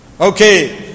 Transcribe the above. Okay